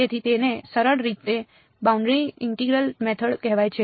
તેથી તેને સરળ રીતે બાઉન્ડ્રી ઇન્ટિગ્રલ મેથડ કહેવાય છે